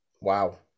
Wow